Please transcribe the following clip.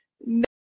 No